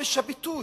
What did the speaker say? חופש הביטוי.